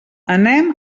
anem